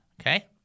okay